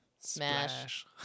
Smash